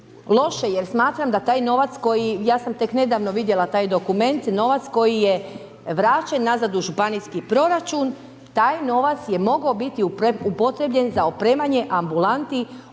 taj dokument, novac koji je vraćen nazad u županijski proračun, taj novac je mogao biti upotrebljen za opremanje ambulanti,